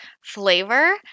flavor